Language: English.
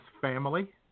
family